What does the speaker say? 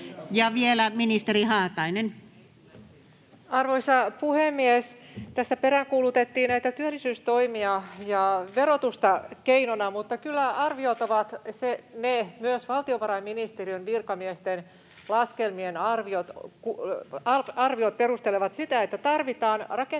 ps) Time: 16:10 Content: Arvoisa puhemies! Tässä peräänkuulutettiin työllisyystoimia ja verotusta keinona, mutta kyllä myös valtiovarainministeriön virkamiesten laskelmien arviot perustelevat sitä, että tarvitaan rakenteellisia